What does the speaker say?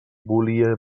volia